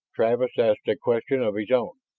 travis asked a question of his own.